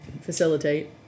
Facilitate